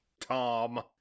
Tom